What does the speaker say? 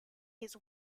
his